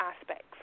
aspects